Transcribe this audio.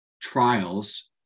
trials